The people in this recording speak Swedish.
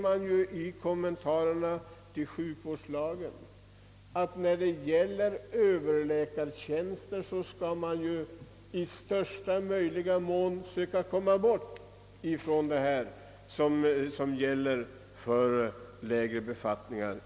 Och här sägs i kommentarerna till sjukvårdslagen att man i fråga om överlä kartjänster i största möjliga mån skall söka komma ifrån den praxis som gäller för lägre befattningar.